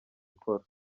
ikora